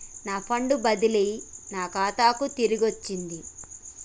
నా ఫండ్ బదిలీ నా ఖాతాకు తిరిగచ్చింది